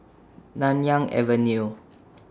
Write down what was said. Nanyang Avenue